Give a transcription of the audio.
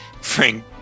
Frank